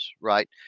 right